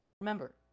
Remember